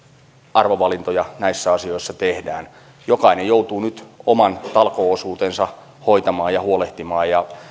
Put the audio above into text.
arvovalintoja näissä asioissa tehdään jokainen joutuu nyt oman talkoo osuutensa hoitamaan ja huolehtimaan ja